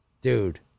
Dude